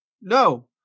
no